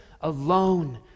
alone